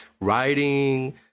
Writing